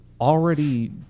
already